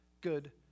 good